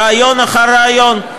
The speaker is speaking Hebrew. ריאיון אחר ריאיון.